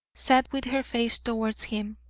sat with her face towards him,